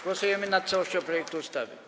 Głosujemy nad całością projektu ustawy.